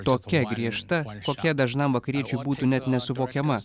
tokia griežta kokia dažnam vakariečiui būtų net nesuvokiama